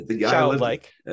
Childlike